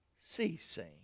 ceasing